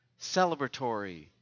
celebratory